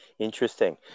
Interesting